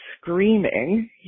screaming